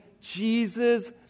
Jesus